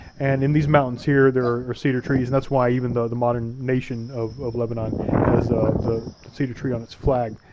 and in these mountains here, there are cedar trees. that's why even the modern nation of of lebanon has the cedar tree on its flag.